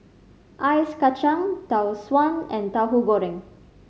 ice kacang Tau Suan and Tauhu Goreng